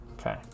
Okay